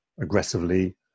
aggressively